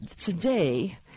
today